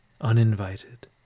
uninvited